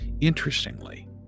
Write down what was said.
interestingly